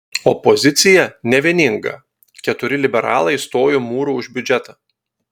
opozicija nevieninga keturi liberalai stojo mūru už biudžetą